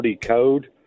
code